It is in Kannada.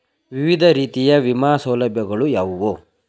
ವಿವಿಧ ರೀತಿಯ ವಿಮಾ ಸೌಲಭ್ಯಗಳು ಯಾವುವು?